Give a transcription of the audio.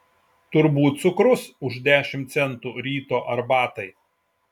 turbūt cukrus už dešimt centų ryto arbatai